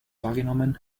wahrgenommen